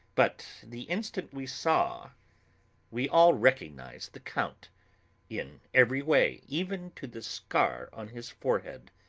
but the instant we saw we all recognised the count in every way, even to the scar on his forehead.